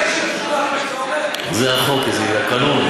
זה החוק, זה הקאנון.